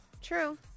true